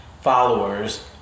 followers